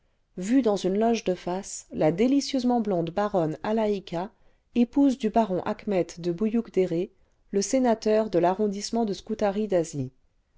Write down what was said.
vu clans une loge de face la délicieusement blonde baronne alaïka épouse du baron achmet de buynk déré le sénateur de l'arrondissement de scutari d'asie